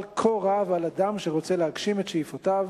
כה רב על אדם שרוצה להגשים את שאיפותיו?